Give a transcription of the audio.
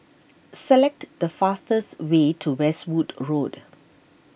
select the fastest way to Westwood Road